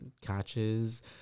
catches